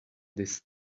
this